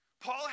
Paul